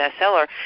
bestseller